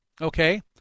Okay